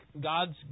God's